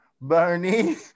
Bernie